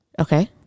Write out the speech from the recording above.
Okay